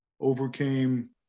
overcame